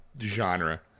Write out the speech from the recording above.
genre